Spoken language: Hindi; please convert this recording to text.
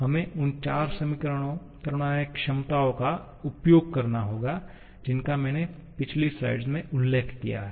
हमें उन चार थर्मोडायनामिक क्षमताओं का उपयोग करना होगा जिनका मैंने पिछली स्लाइड में उल्लेख किया था